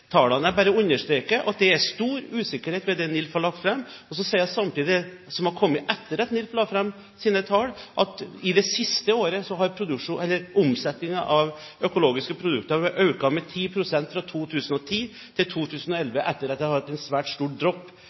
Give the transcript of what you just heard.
tallene, jeg bare understreker at det er stor usikkerhet ved det NILF har lagt fram. Så sier jeg samtidig at det som har kommet fram etter at NILF la fram sine tall, er at omsetningen av økologiske produkter har økt med 10 pst. fra 2010 til 2011 – etter at det har vært et stort dropp